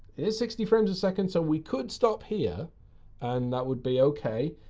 it is sixty frames a second. so, we could stop here and that would be ok.